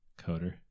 Coder